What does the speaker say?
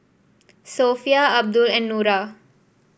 Sofea Abdul and Nura